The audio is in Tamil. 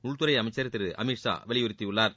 உள்துறை அமைச்சர் திரு அமித் ஷா வலியுறுத்தியுள்ளார்